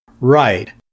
Right